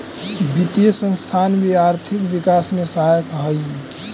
वित्तीय संस्थान भी आर्थिक विकास में सहायक हई